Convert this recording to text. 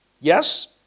yes